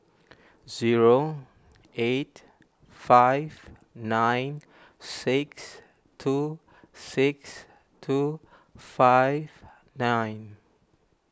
zero eight five nine six two six two five nine